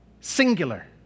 singular